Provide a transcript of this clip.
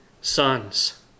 sons